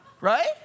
Right